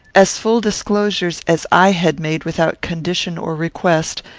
as full disclosures as i had made without condition or request,